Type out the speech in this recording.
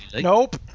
nope